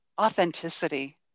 Authenticity